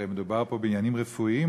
הרי מדובר פה בעניינים רפואיים,